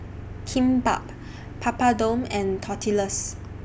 Kimbap Papadum and Tortillas